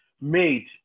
made